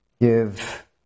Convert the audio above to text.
give